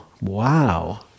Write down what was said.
wow